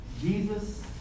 Jesus